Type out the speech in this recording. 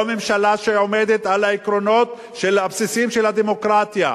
לא ממשלה שעומדת על העקרונות הבסיסיים של הדמוקרטיה.